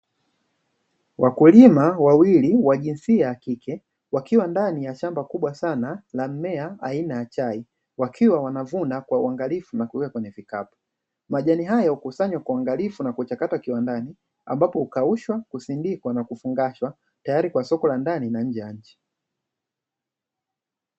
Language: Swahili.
Wakulima wawili wa jinsia ya kike wakiwa ndani ya shamba kubwa sana la mmea aina ya chai, wakiwa wanavuna kwa uangalifu na kuweka kwenye vikapu; majani hatimae ukusanywa kwa uangalifu na kuchakatwa kiwandani ambapo usidikwa na kufungashwa tayari kwa soko la ndani na nje ya nchi.